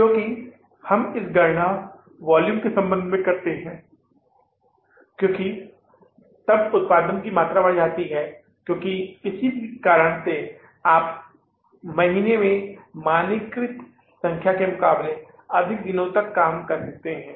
क्योंकि हम इसकी गणना वॉल्यूम के संबंध में करते हैं क्योंकि तब उत्पादन की मात्रा बढ़ जाती है क्योंकि किसी भी कारण से आप महीने में मानकीकृत संख्या के मुकाबले अधिक दिनों तक काम कर सकते हैं